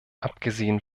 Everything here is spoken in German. abgesehen